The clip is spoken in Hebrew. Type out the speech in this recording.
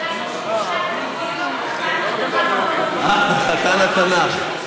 אם תענה תשובה נכונה, תוכל להיות חתן התנ"ך.